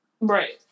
Right